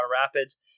Rapids